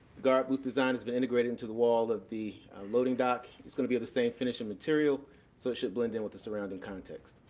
garabooth design has been integrated into the wall of the loading dock. it's going to be of the same finish and material so it should blend in with the surrounding context.